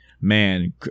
Man